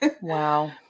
Wow